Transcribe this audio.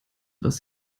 was